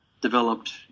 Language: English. developed